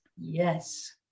Yes